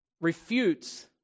refutes